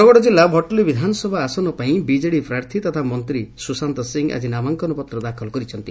ବରଗଡ ଜିଲ୍ଲା ଭଟ୍ଲି ବିଧାନସଭା ଆସନ ପାଇଁ ବିଜେଡି ପ୍ରାର୍ଥୀ ତଥା ମନ୍ତୀ ସ୍ବଶାନ୍ତ ସିଂ ଆଜି ନାମାଙ୍କନପତ୍ର ଦାଖଲ କରିଛନ୍ତି